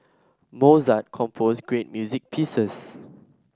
Mozart composed great music pieces